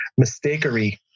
mistakery